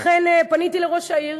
לכן פניתי לראש העיר